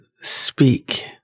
speak